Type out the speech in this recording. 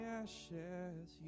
ashes